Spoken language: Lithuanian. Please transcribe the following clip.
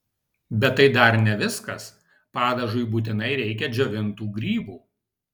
bet tai dar ne viskas padažui būtinai reikia džiovintų grybų